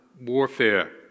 warfare